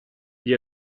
gli